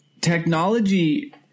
technology